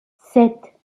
sept